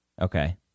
Okay